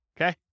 Okay